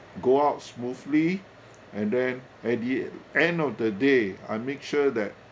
go out smoothly and then at the end of the day I make sure that